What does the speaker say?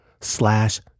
slash